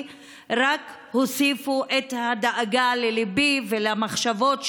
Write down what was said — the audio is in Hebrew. רק הוסיפו את הדאגה לליבי ולמחשבות שלי,